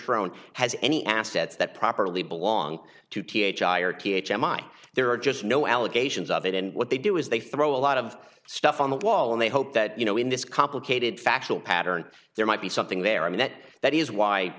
sharon has any assets that properly belong to th hierarchy h m i there are just no allegations of it and what they do is they throw a lot of stuff on the wall and they hope that you know in this complicated factual pattern there might be something there i mean that that is why